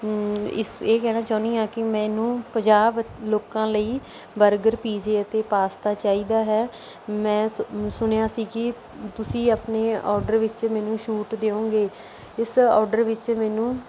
ਇਸ ਇਹ ਕਹਿਣਾ ਚਾਹੁੰਦੀ ਹਾਂ ਕਿ ਮੈਨੂੰ ਪੰਜਾਹ ਬ ਲੋਕਾਂ ਲਈ ਬਰਗਰ ਪੀਜੇ ਅਤੇ ਪਾਸਤਾ ਚਾਹੀਦਾ ਹੈ ਮੈਂ ਸੁ ਸੁਣਿਆ ਸੀ ਕਿ ਤੁਸੀਂ ਆਪਣੇ ਓਡਰ ਵਿੱਚ ਮੈਨੂੰ ਛੂਟ ਦਿਉਂਗੇ ਇਸ ਓਡਰ ਵਿੱਚ ਮੈਨੂੰ